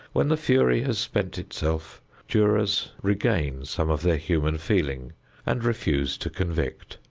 when the fury has spent itself jurors regain some of their human feeling and refuse to convict.